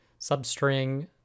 substring